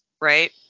right